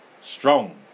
strong